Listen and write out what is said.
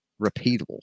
repeatable